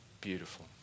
beautiful